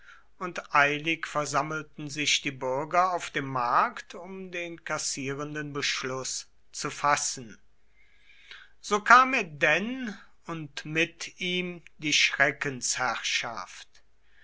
und eilig versammelten sich die bürger auf dem markt um den kassierenden beschluß zu fassen so kam er denn und mit ihm die